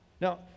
Now